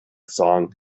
song